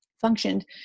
functioned